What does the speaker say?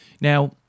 Now